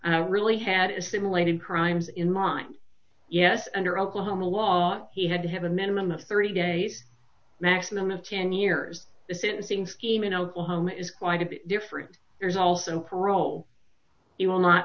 max really had assimilated crimes in mind yes under oklahoma law he had to have a minimum of thirty days maximum of ten years the sentencing scheme in oklahoma is quite a bit different there's also parole he will not